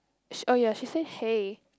sh~ oh ya she say hey